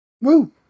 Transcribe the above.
Woo